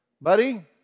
buddy